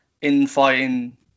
in-fighting